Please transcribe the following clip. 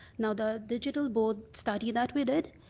now, the digital board study that we did,